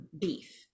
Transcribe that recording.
beef